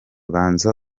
banza